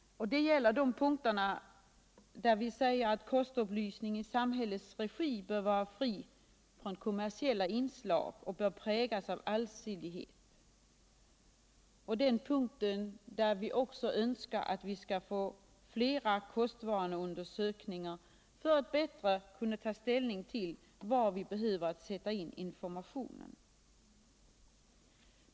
Det gäller den punkt där vi säger att kostupplysning i samhällets regi bör vara fri från kommersiella inslag och präglas av allsidighet och balans mellan olika branschintressen samt den punkt där vi önskar att det skall göras flera kostundersökningar, så att man bättre kan ta ställning till var informationen behöver sättas in.